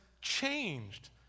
changed